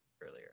earlier